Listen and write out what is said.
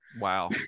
Wow